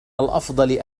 الأفضل